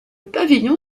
pavillon